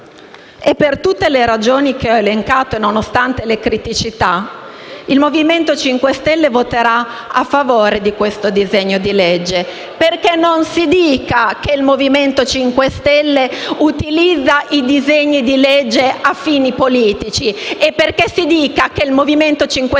per tutte le ragioni che ho elencato il Movimento 5 Stelle voterà a favore di questo disegno di legge, perché non si dica che il Movimento 5 Stelle utilizza i disegni di legge a fini politici e perché si dica che il Movimento 5 Stelle